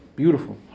beautiful